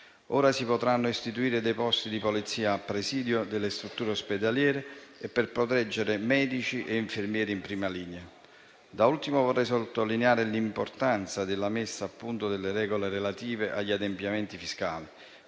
Ora si potranno istituire dei posti di polizia a presidio delle strutture ospedaliere, per proteggere medici e infermieri in prima linea. Da ultimo, vorrei sottolineare l'importanza della messa a punto delle regole relative agli adempimenti fiscali.